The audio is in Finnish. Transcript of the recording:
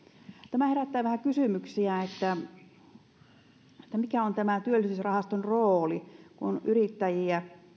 tämä herättää vähän kysymyksiä siitä mikä on tämä työllisyysrahaston rooli kun on yrittäjiä